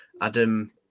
Adam